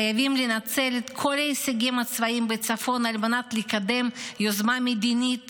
חייבים לנצל את כל ההישגים הצבאים בצפון על מנת לקדם יוזמה מדינית